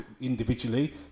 individually